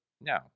No